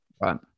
right